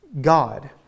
God